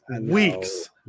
weeks